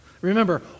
Remember